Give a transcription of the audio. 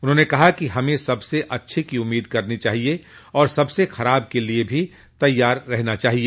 उन्होंने कहा कि हमें सबसे अच्छे की उम्मीद करनी चाहिए और सबसे खराब के लिए भी तैयार रहना चाहिए